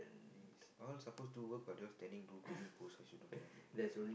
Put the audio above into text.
and he's all supposed to work but those standing two I also don't know